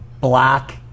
black